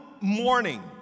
morning